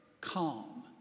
calm